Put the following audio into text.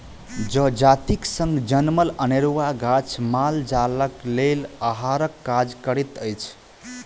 जजातिक संग जनमल अनेरूआ गाछ माल जालक लेल आहारक काज करैत अछि